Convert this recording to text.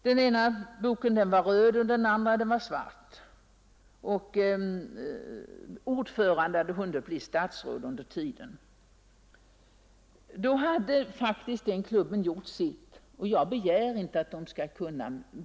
Den ena boken var röd och den andra var svart, och ordföranden hade hunnit bli statsråd under tiden. Då hade faktiskt den klubben gjort sitt, och jag begär inte att den skall kunna göra mer.